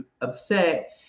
upset